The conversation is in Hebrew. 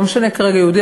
לא משנה כרגע יהודי,